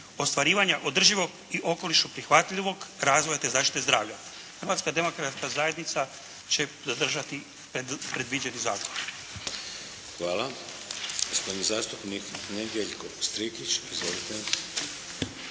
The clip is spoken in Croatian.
ostvarivanja održivog i okolišu prihvatljivog razvoja te zaštite zdravlja. Hrvatska demokratska zajednica će zadržati predviđeni zakon.